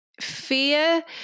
Fear